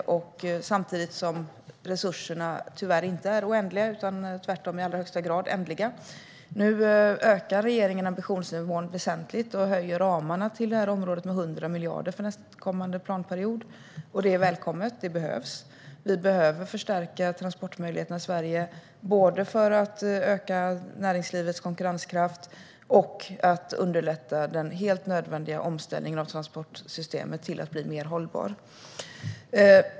Samtidigt är resurserna tyvärr inte oändliga utan tvärtom i allra högsta grad ändliga. Nu höjer regeringen ambitionsnivån väsentligt och utökar ramarna för det här området med 100 miljarder för nästkommande planperiod. Det är välkommet; det behövs. Vi behöver förstärka transportmöjligheterna i Sverige, både för att öka näringslivets konkurrenskraft och för att underlätta den helt nödvändiga omställningen av transportsystemet till att bli mer hållbart.